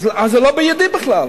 אז זה לא בידי בכלל,